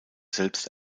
selbst